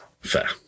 fair